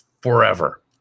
forever